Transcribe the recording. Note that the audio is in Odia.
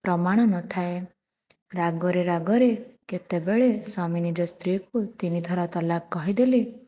ପ୍ରମାଣ ନ ଥାଏ ରାଗରେ ରାଗରେ କେତେବେଳେ ସ୍ଵାମୀ ନିଜ ସ୍ତ୍ରୀକୁ ତିନିଥର ତଲାଖ କହିଦେଲେ